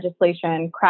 legislation